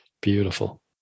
beautiful